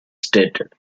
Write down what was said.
stated